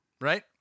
Right